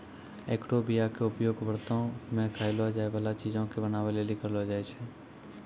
एकरो बीया के उपयोग व्रतो मे खयलो जाय बाला चीजो के बनाबै लेली करलो जाय छै